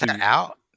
out